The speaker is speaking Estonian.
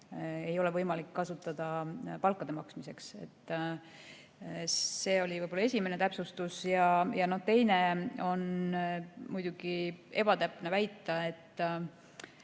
ei ole võimalik kasutada palkade maksmiseks. See on esimene täpsustus. Ja teine: on muidugi ebatäpne väita, et